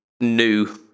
new